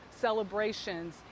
celebrations